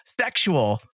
sexual